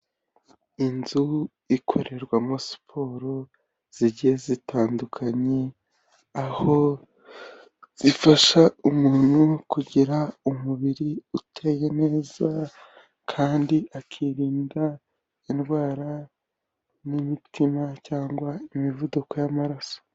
Inzu ikorerwamo siporo zijye zitandukanye, aho zifasha umuntu kugira umubiri uteye neza, kandi akirinda indwara, nk'imitima cyangwa imivuduko y'amararaso.